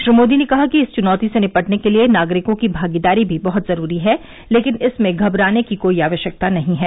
श्री मोदी ने कहा कि इस चुनौती से निपटने के लिए नागरिकों की भागीदारी भी बहुत जरूरी है लेकिन इसमें घबराने की कोई आवश्यकता नहीं है